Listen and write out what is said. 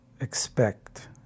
expect